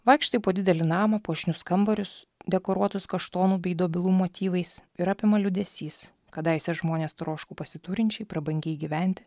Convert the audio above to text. vaikštai po didelį namą puošnius kambarius dekoruotus kaštonų bei dobilų motyvais ir apima liūdesys kadaise žmonės troško pasiturinčiai prabangiai gyventi